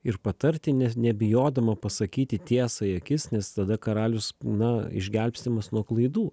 ir patarti nes nebijodama pasakyti tiesą į akis nes tada karalius na išgelbstimas nuo klaidų